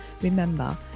Remember